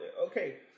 okay